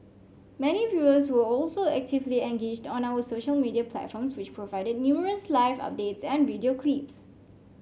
many viewers were also actively engaged on our social media platforms which provided numerous live updates and video clips